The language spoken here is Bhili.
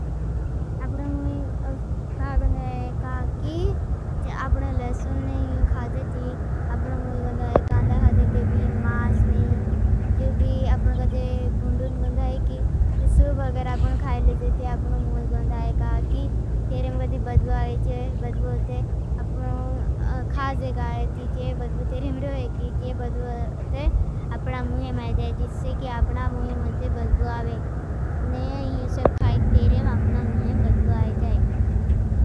अपना मुझे क्या गंधा है। क्या कि आपना लसुन नहीं खाज़ेती। अपना मुझे गंधा है। कांदा खाज़ेती मास नहीं जो भी अपना गंधा है। कि शुब अगर आपना खाज़ेती। तिल्रिम पस अपना मुझे बज्बो आवे जाए। जिससे कि अपना मुझे मुझे बज्बो आवे। नहीं ही सिर्फ खाज़ेती थे। ति लिए अपना मुझे बज्बो आवे जाए।